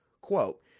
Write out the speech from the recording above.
Quote